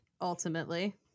Ultimately